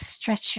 stretch